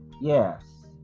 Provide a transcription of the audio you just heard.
yes